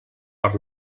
per